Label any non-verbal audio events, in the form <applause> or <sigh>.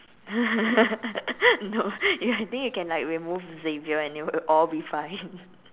<laughs> no you can think you can like remove Xavier and it will all be fine <laughs>